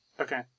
Okay